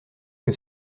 que